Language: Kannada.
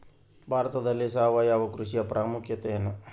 ಭಾರತದಲ್ಲಿ ಸಾವಯವ ಕೃಷಿಯ ಪ್ರಾಮುಖ್ಯತೆ ಎನು?